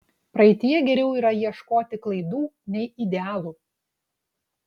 praeityje geriau yra ieškoti klaidų nei idealų